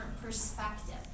perspective